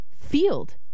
field